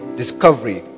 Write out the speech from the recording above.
discovery